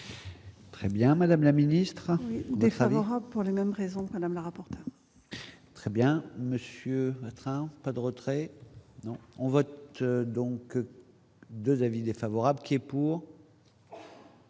Très bien, Madame la Ministre défavorable pour les mêmes raisons, madame la rapporte très bien monsieur mettre : pas de retrait non on vote donc 2 avis défavorables qui est pour.